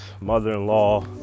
mother-in-law